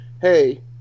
hey